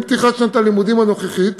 עם פתיחת שנת הלימודים הנוכחית